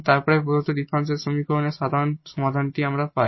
তাহলে আমরা এই প্রদত্ত ডিফারেনশিয়াল সমীকরণের এই সাধারণ সমাধানটি পাই